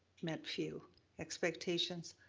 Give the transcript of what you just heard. met few expectations.